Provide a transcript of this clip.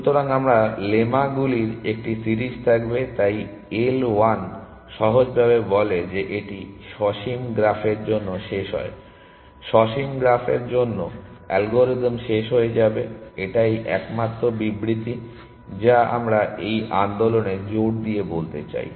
সুতরাং আমাদের লেমাগুলির একটি সিরিজ থাকবে তাই L 1 সহজভাবে বলে যে এটি সসীম গ্রাফের জন্য শেষ হয় সসীম গ্রাফের জন্য অ্যালগরিদম শেষ হয়ে যাবে এটাই একমাত্র বিবৃতি যা আমরা এই আন্দোলনে জোর দিয়ে বলতে চাই